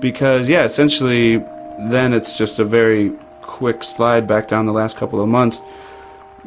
because, yeah, essentially then it's just a very quick slide back down the last couple of months